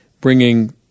bringing